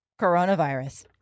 Coronavirus